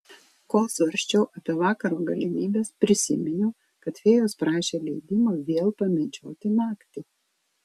kol svarsčiau apie vakaro galimybes prisiminiau kad fėjos prašė leidimo vėl pamedžioti naktį